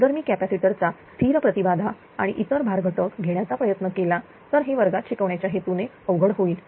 जर मी कॅपॅसिटर चा स्थिर प्रति बाधा आणि इतर भार घटक घेण्याचा प्रयत्न केला तर हे वर्गात शिकवण्याच्या हेतूने अवघड होईल